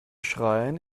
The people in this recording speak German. schreien